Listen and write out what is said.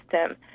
system